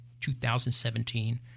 2017